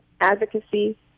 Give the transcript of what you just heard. advocacy